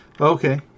Okay